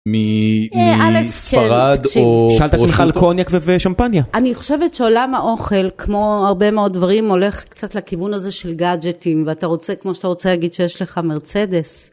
מספרד או - שאל את עצמך על קוניאק ושמפניה אני חושבת שעולם האוכל כמו הרבה מאוד דברים הולך קצת לכיוון הזה של גאדג'טים ואתה רוצה כמו שאתה רוצה להגיד שיש לך מרצדס.